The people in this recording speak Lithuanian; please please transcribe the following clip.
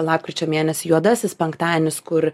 lapkričio mėnesį juodasis penktadienis kur